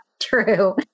true